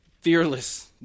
fearless